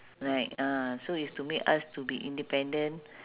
like ah so it's to make us to be independent